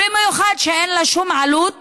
במיוחד כשאין לה שום עלות